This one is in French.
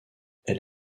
elle